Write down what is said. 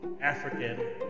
African